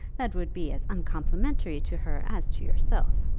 that would be as uncomplimentary to her as to yourself.